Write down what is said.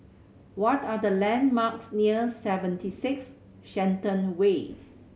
what are the landmarks near Seventy Six Shenton Way